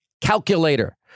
calculator